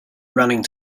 running